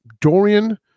Dorian